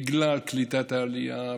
בגלל קליטת העלייה,